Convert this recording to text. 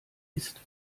ist